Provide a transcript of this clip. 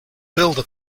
builder